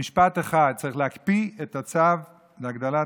במשפט אחד: צריך להקפיא את הצו להגדלת